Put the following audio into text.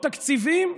עוד תקציבים?